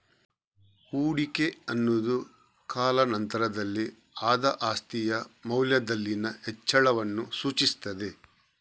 ಹೂಡಿಕೆ ಅನ್ನುದು ಕಾಲಾ ನಂತರದಲ್ಲಿ ಆದ ಆಸ್ತಿಯ ಮೌಲ್ಯದಲ್ಲಿನ ಹೆಚ್ಚಳವನ್ನ ಸೂಚಿಸ್ತದೆ